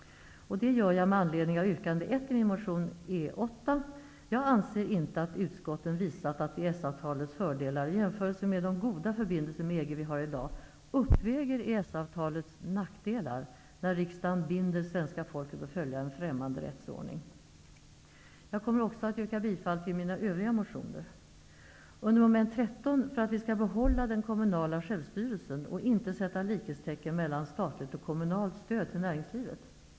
Det gör jag med anledning av yrkande 1 i min motion E8. Jag anser inte att utskottet har visat att EES avtalets fördelar, i jämförelse med de goda förbindelser vi har med EG i dag, uppväger EES avtalets nackdelar, när riksdagen binder svenska folket vid att följa en främmande rättsordning. Jag kommer också att yrka bifall till mina övriga motioner, under moment 13 för att vi skall behålla den kommunala självstyrelsen och inte sätta likhetstecken mellan statligt och kommunalt stöd till näringslivet.